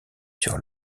sur